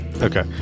Okay